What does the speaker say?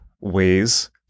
ways